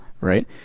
right